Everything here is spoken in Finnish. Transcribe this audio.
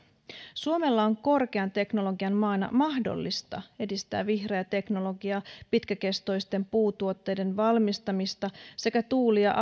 suomella on korkean teknologian maana mahdollista edistää vihreää teknologiaa pitkäkestoisten puutuotteiden valmistamista sekä tuuli ja